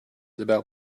about